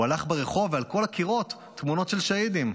הוא הלך ברחוב ועל כל הקירות תמונות של שהידים,